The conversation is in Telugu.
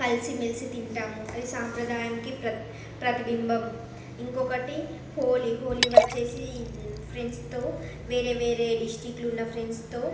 కలిసిమెలిసి తింటాము అది సాంప్రదాయంకి ప్రతి ప్రతిబింబం ఇంకొకటి హోలీ హోలీ వచ్చిఫ్రెండ్స్తో వేరే వేరే డిస్టిక్లో ఉన్న ఫ్రెండ్స్తో